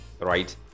Right